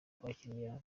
abakiriya